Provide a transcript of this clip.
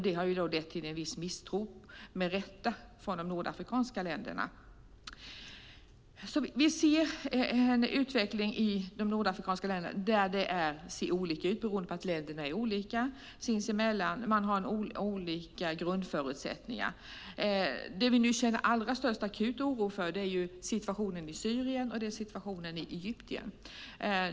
Det har med rätta lett till en viss misstro från de nordafrikanska länderna. I de nordafrikanska länderna ser vi olika utveckling beroende på att länderna är olika. Man har olika grundförutsättningar. Det vi nu känner störst akut oro för är situationen i Syrien och i Egypten.